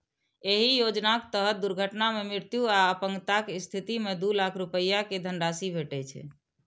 एहि योजनाक तहत दुर्घटना मे मृत्यु आ अपंगताक स्थिति मे दू लाख रुपैया के धनराशि भेटै छै